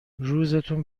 روزتون